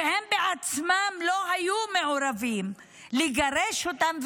שהם בעצמם לא היו מעורבים, לגרש אותם?